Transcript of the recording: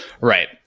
right